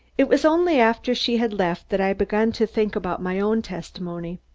it was only after she had left that i began to think about my own testimony.